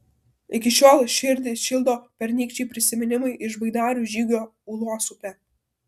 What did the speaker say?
iki šiol širdį šildo pernykščiai prisiminimai iš baidarių žygio ūlos upe